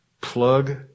plug